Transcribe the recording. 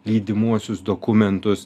lydimuosius dokumentus